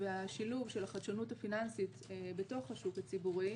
והשילוב של החדשנות הפיננסית בתוך השוק הציבורי